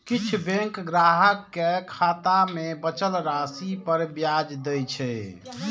किछु बैंक ग्राहक कें खाता मे बचल राशि पर ब्याज दै छै